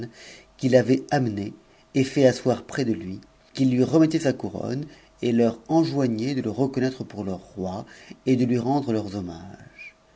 qu'il avait uump et fait asseoir près de lui qu'il lui remettait sa couronne et leur enioi guait de le reconnaître pour leur roi et de lui rendre leurs hommams